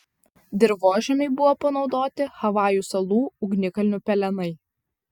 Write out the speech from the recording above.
dirvožemiui buvo panaudoti havajų salų ugnikalnių pelenai